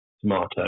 tomato